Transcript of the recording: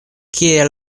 kie